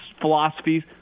philosophies